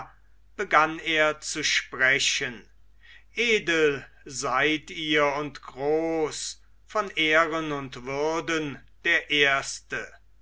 begann er zu sprechen edel seid ihr und groß von ehren und würden der erste